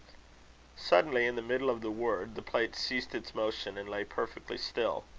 suddenly, in the middle of the word, the plate ceased its motion, and lay perfectly still.